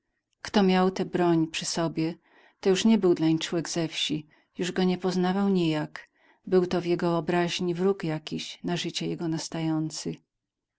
kto miał tę broń przy sobie to już nie był dlań człek ze wsi już go nie poznawał nijak był to w jego wyobraźni wróg jakiś na życie jego nastający i